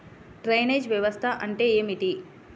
Drainage వ్యవస్థ అంటే ఏమిటి?